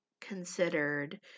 considered